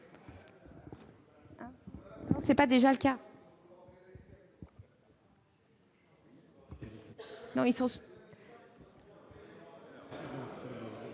n'est pas déjà le cas.